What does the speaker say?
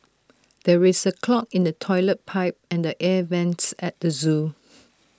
there is A clog in the Toilet Pipe and the air Vents at the Zoo